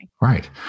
Right